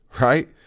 right